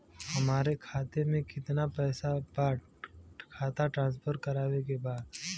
हमारे खाता में कितना पैसा बा खाता ट्रांसफर करावे के बा?